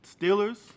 Steelers